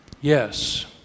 Yes